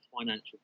financial